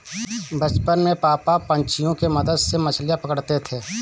बचपन में पापा पंछियों के मदद से मछलियां पकड़ते थे